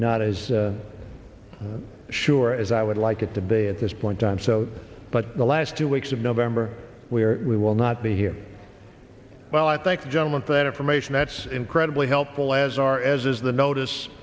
not as sure as i would like it to be at this point time so but the last two weeks of november we are we will not be here well i thank the gentleman for that information that's incredibly helpful as are as is the notice